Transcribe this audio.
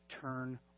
turn